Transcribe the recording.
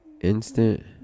Instant